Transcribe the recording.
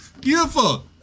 beautiful